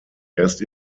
erst